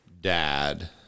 dad